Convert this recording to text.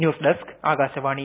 news desk Akashvani